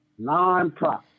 nonprofit